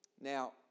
Now